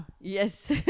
Yes